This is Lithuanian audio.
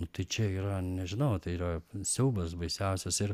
nu tai čia yra nežinau tai yra siaubas baisiausias ir